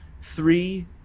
three